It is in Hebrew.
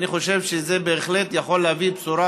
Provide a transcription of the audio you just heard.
ואני חושב שזה בהחלט יכול להביא בשורה